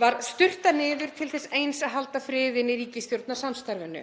var sturtað niður til þess eins að halda friðinn í ríkisstjórnarsamstarfinu.